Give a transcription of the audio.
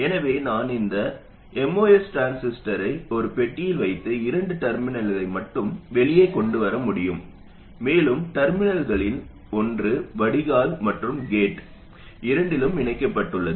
எனவே நான் இந்த MOS டிரான்சிஸ்டரை ஒரு பெட்டியில் வைத்து இரண்டு டெர்மினல்களை மட்டுமே வெளியே கொண்டு வர முடியும் மேலும் டெர்மினல்களில் ஒன்று வடிகால் மற்றும் கேட் இரண்டிலும் இணைக்கப்பட்டுள்ளது